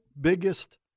biggest